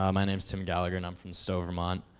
um my name's tim gallagher. and i'm from stowe, vermont.